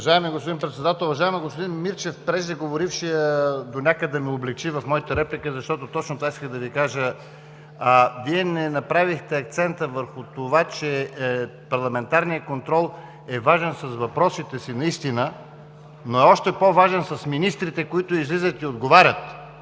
Уважаеми господин Председател! Уважаеми господин Мирчев, преждеговорившият донякъде ме облекчи в моята реплика, защото точно това исках да Ви кажа. Вие не направихте акцента върху това, че парламентарният контрол е важен с въпросите си наистина, но е още по-важен с министрите, които излизат и отговарят.